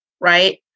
right